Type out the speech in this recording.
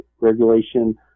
regulation